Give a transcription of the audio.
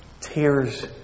Tears